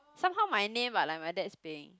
somehow my name but like my dad's paying